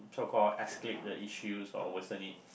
so call escape the issues or worsen it